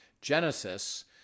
Genesis